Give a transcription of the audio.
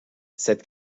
cette